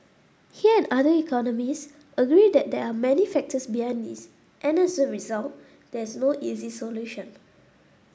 he and other economists agree that there are many factors behind this and as a result there is no easy solution